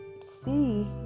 see